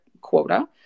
quota